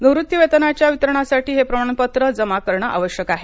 निवृत्तीवेतनाच्या वितरणासाठी हे प्रमाणपत्र जमा करणं आवश्यक आहे